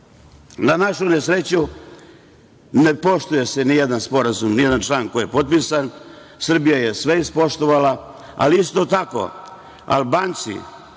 našu nesreću, ne poštuje se nijedan sporazum, nijedan član koji je potpisan, Srbija je sve ispoštovala, ali isto tako, Albanci,